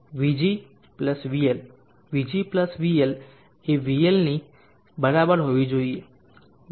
તેથી vg vL vg vL એ Vl ની બરાબર હોવી જોઈએ